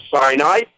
Sinai